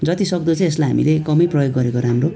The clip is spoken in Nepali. जति सक्दो चाहिँ यसलाई हामीले कमै प्रयोग गरेको राम्रो